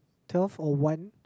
twelve or one